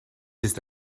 ist